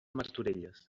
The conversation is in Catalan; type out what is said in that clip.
martorelles